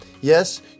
Yes